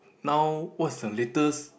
now what's the latest